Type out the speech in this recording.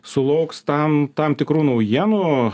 sulauks tam tam tikrų naujienų